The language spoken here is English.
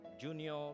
junior